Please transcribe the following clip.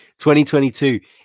2022